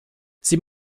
sie